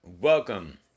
welcome